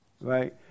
Right